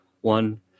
One